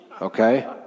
Okay